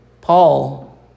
Paul